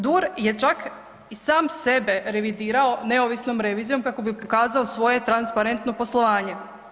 DUR je čak i sam sebe revidirao neovisnom revizijom kako bi ukazao svoje transparentno poslovanje.